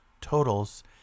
totals